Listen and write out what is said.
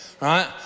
right